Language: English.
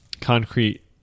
concrete